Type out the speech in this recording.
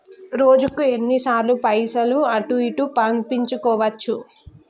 రోజుకు ఎన్ని సార్లు పైసలు అటూ ఇటూ పంపించుకోవచ్చు?